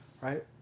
Right